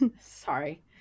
Sorry